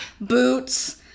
boots